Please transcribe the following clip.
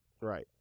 Right